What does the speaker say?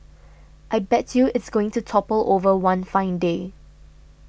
I bet you it's going to topple over one fine day